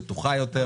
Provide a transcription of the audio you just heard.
בטוחה יותר,